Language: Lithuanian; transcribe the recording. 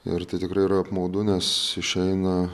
ir tai tikrai yra apmaudu nes išeina